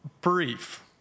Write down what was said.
Brief